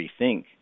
rethink